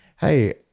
hey